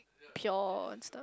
pure and stuff